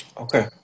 Okay